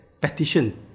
petition